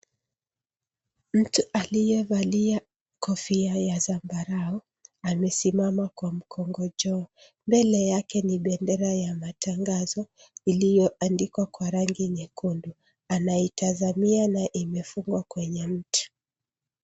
Mtu aliyevalia kofia ya zambarau amesimama kwa mkongojoo mbele yake ni bendera ya matangazo iliyoandikwa kwa rangi nyekundu anaitazamia na imefungwa kwenye mti